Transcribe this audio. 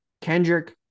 Kendrick